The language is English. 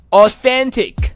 authentic